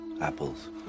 apples